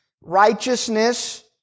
Righteousness